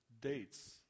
dates